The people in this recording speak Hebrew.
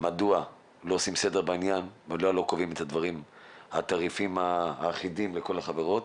מדוע לא עושים סדר בעניין ומדוע לא קובעים תעריפים אחידים לכל החברות.